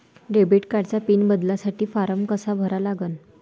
Debit कार्डचा pin बदलासाठी form कसा भरा लागन?